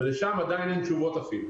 ולשם עדיין אין תשובות אפילו.